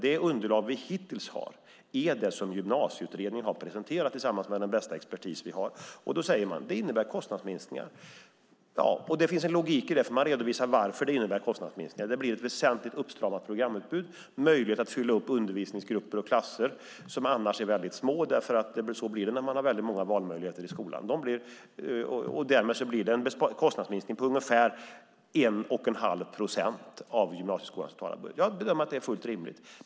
Det underlag som vi hittills har är det som Gymnasieutredningen har presenterat tillsammans med den bästa expertis vi har. Där säger man att det innebär kostnadsminskningar, och det finns en logik i det, för man redovisar varför det innebär kostnadsminskningar. Det blir ett väsentligt uppstramat programutbud, möjlighet att fylla upp undervisningsgrupper och klasser som annars är väldigt små, för så blir det när man har väldigt många valmöjligheter i skolan. Därmed blir det en kostnadsminskning med ungefär 1 1⁄2 procent av gymnasieskolans totala budget. Jag bedömer att detta är fullt rimligt.